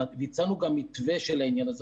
הצענו גם מתווה של העניין הזה.